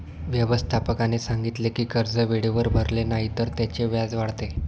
व्यवस्थापकाने सांगितले की कर्ज वेळेवर भरले नाही तर त्याचे व्याज वाढते